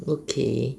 okay